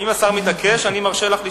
אם השר מתעקש, אני מרשה לך לשאול.